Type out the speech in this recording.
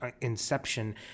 inception